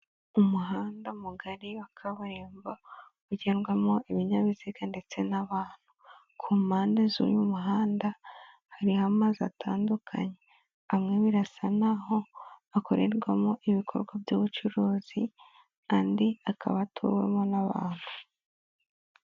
Umuhanda mugari wa kaburimbo, ugendwamo ibinyabiziga ndetse n'abantu. Ku mpande z'uyu muhanda, hari amazu atandukanye, amwe birasa n'kaho akorerwamo ibikorwa by'ubucuruzi, andi akaba atuwemo n'abantu.